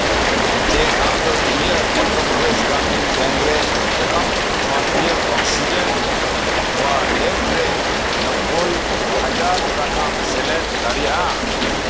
ᱪᱮᱫ ᱟᱢᱫᱚ ᱤᱧᱟᱹᱜ ᱢᱚᱫᱷᱚ ᱯᱨᱚᱫᱮᱥ ᱜᱨᱟᱢᱤᱱ ᱵᱮᱝ ᱨᱮ ᱮᱠᱟᱣᱩᱱᱴ ᱠᱷᱚᱱ ᱤᱧᱟᱹᱜ ᱥᱤᱡᱮᱱ ᱳᱣᱟᱞᱮᱴ ᱨᱮ ᱱᱚᱵᱵᱚᱭ ᱦᱟᱡᱟᱨ ᱴᱟᱠᱟᱢ ᱥᱮᱞᱮᱫ ᱫᱟᱲᱮᱭᱟᱜᱼᱟ